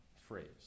phrase